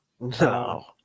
No